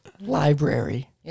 Library